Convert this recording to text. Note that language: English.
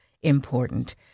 important